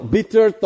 bitter